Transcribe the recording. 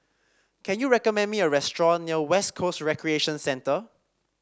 can you recommend me a restaurant near West Coast Recreation Centre